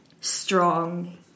strong